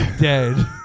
dead